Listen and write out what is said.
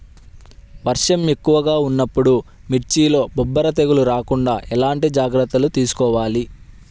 వర్షం ఎక్కువగా ఉన్నప్పుడు మిర్చిలో బొబ్బర తెగులు రాకుండా ఎలాంటి జాగ్రత్తలు తీసుకోవాలి?